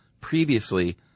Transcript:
Previously